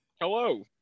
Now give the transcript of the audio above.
Hello